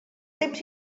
temps